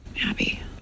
Abby